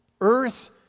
earth